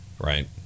Right